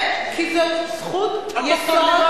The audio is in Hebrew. כי זאת זכות יסוד,